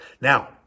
Now